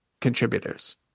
contributors